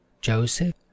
Joseph